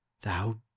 thou